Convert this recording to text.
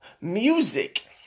Music